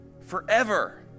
forever